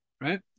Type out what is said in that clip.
Right